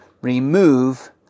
remove